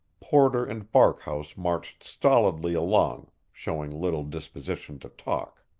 porter and barkhouse marched stolidly along, showing little disposition to talk.